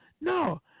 no